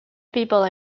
people